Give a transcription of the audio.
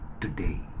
today